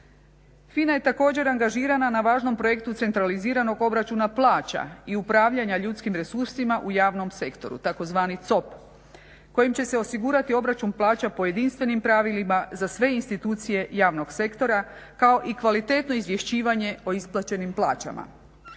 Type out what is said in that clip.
FINA je također angažirana na važnom projektu centraliziranog obračuna plaća i upravljanja ljudskim resursima u javnom sektoru tzv. COP kojim će se osigurati obračun plaća po jedinstvenim pravilima za sve institucije javnog sektora kao i kvalitetno izvješćivanje o isplaćenim plaćama.